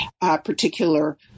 particular